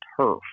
turf